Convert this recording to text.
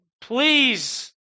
please